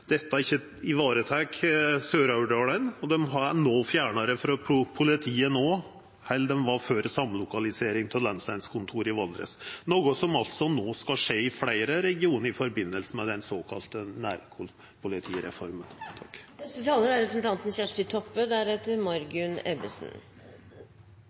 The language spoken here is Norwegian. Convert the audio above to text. no er fjernare frå politiet enn dei var før samlokaliseringa av lensmannskontora i Valdres – noko som altså no skal skje i fleire regionar i samband med den såkalla